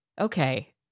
Okay